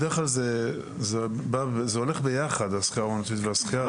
בדרך כלל זה הולך ביחד השחייה האומנותית והשחייה.